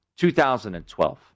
2012